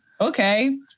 Okay